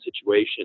situation